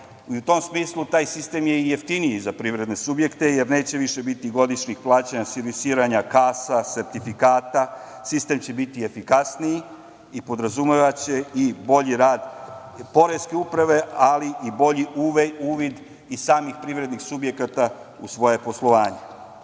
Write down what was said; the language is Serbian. U tom smislu, taj sistem je i jeftiniji za privredne subjekte, jer neće više biti godišnjih plaćanja servisiranja kasa, sertifikata, sistem će biti efikasniji i podrazumevaće i bolji rad poreske uprave, ali i bolji uvid i samih privrednih subjekata u svoje poslovanje.